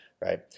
right